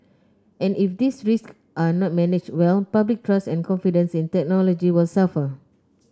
and if these risks are not managed well public trust and confidence in technology will suffer